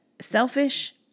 selfish